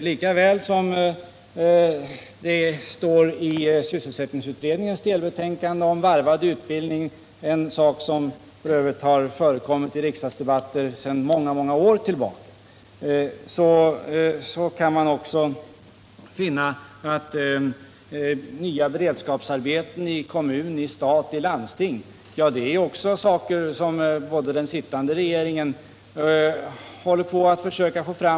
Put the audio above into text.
Lika väl som man kan finna att det i sysselsättningsutredningens delbetänkande talas om varvad utbildning — en sak som f. ö. har förekommit i riksdagsdebatter sedan många år tillbaka — kan man finna att nya beredskapsarbeten i kommun, stat och landsting är sådant som den sittande regeringen håller på att försöka få fram.